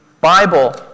Bible